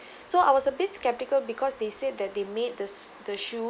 so I was a bit skeptical because they said that they made this the shoe